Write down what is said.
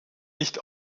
nicht